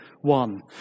one